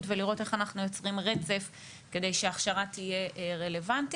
ולראות איך אנחנו יוצרים רצף כדי שההכשרה תהיה רלוונטית,